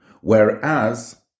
whereas